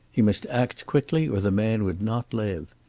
he must act quickly or the man would not live.